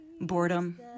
boredom